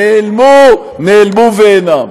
נעלמו ואינם.